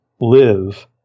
live